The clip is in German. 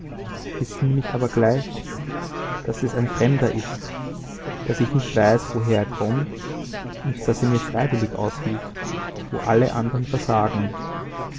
mich aber gleich daß es ein fremder ist daß ich nicht weiß woher er kommt und daß er mir freiwillig aushilft wo alle andern versagen